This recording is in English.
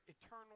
eternal